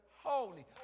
holy